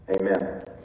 Amen